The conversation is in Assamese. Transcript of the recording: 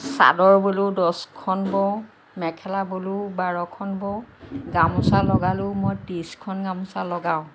চাদৰ বলেও দহখন বওঁ মেখেলা বলেও বাৰখন বওঁ গামোছা লগালেও মই ত্ৰিছখন গামোছা লগাওঁ